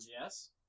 yes